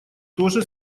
тоже